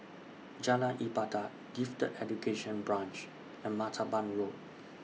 Jalan Ibadat Gifted Education Branch and Martaban Road